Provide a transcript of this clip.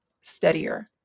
Steadier